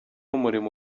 umurimo